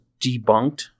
debunked